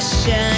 shine